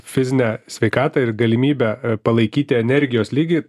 fizinę sveikatą ir galimybę palaikyti energijos lygį